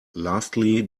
lastly